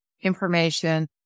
information